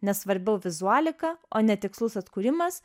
nes svarbiau vizualika o ne tikslus atkūrimas